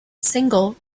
single